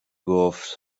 گفت